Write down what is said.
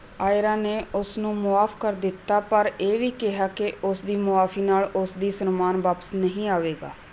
ਆਇਰਾ ਨੇ ਉਸ ਨੂੰ ਮੁਆਫ਼ ਕਰ ਦਿੱਤਾ ਪਰ ਇਹ ਵੀ ਕਿਹਾ ਕਿ ਉਸ ਦੀ ਮੁਆਫ਼ੀ ਨਾਲ ਉਸ ਦਾ ਸਨਮਾਨ ਵਾਪਸ ਨਹੀਂ ਆਵੇਗਾ